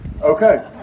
Okay